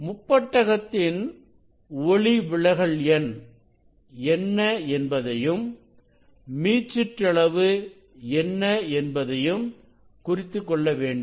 முப்பட்டகத்தின் ஒளிவிலகல் எண் என்ன என்பதையும் மீச்சிற்றளவு என்ன என்பதையும் குறித்துக்கொள்ள வேண்டும்